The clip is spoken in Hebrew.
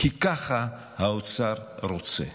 כי ככה האוצר רוצה.